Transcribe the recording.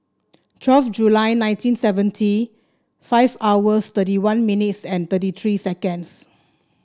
twelve July nineteen seventy five hours thirty one minutes and thirty three seconds